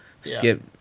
Skip